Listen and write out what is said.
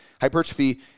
hypertrophy